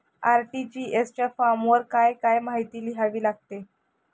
RTGS च्या फॉर्मवर काय काय माहिती लिहावी लागते?